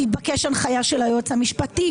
תתבקש הנחיה של היועץ המשפטי,